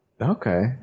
Okay